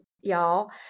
y'all